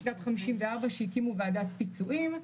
בשנת 1954 כבר הקימו ועדת פיצויים,